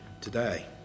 today